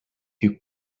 you